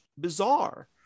bizarre